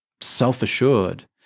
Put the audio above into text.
self-assured